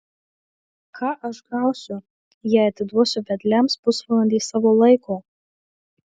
ką aš gausiu jei atiduosiu vedliams pusvalandį savo laiko